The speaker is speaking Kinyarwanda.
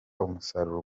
umusaruro